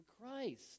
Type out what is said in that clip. Christ